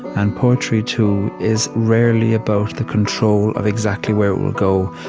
and poetry, too, is rarely about the control of exactly where we'll go.